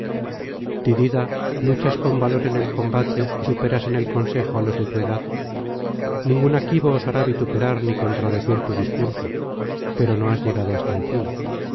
tidida luchas con valor en el combate y superas en el consejo á los de tu edad ningún aquivo osará vituperar ni contradecir tu discurso pero no has llegado hasta el fin